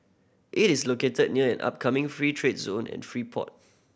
it is located near an upcoming free trade zone and free port